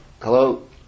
Hello